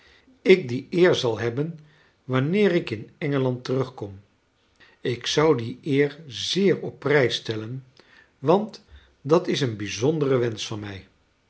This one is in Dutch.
ik die eer zal hebben wanneer ik in engeland terugkom ik zou die eer zeer op prijs stellen want dat is een bijzondere wensch van mij